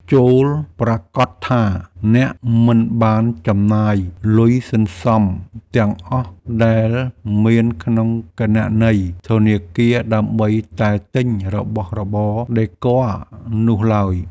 ចូរប្រាកដថាអ្នកមិនបានចំណាយលុយសន្សំទាំងអស់ដែលមានក្នុងគណនីធនាគារដើម្បីតែទិញរបស់របរដេគ័រនោះឡើយ។